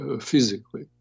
physically